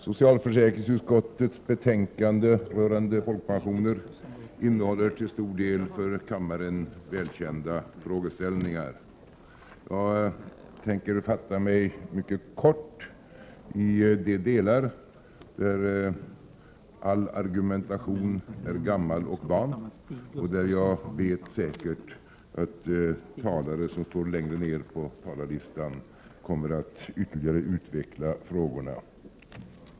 Herr talman! Socialförsäkringsutskottets betänkande rörande folkpensioner innehåller till stor del för kammaren välkända frågeställningar. Jag tänker fatta mig mycket kort i de delar där all argumentation är gammal och van och där jag vet säkert att talare som står längre ner på talarlistan kommer att ytterligare utveckla frågorna.